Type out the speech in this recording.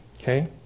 Okay